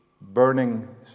burning